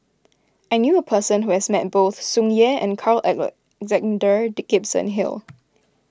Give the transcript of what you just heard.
I knew a person who has met both Tsung Yeh and Carl Alexander Gibson Hill